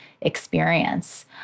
experience